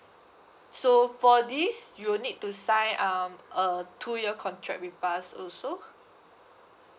okay so for this you will need to sign um a two year contract with us also